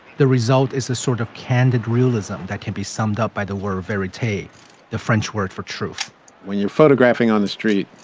the result is a sort of candid realism that can be summed up by the word verite, the french word for truth when you're photographing on the street,